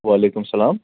وعلیکُم سلام